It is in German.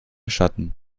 schatten